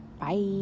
bye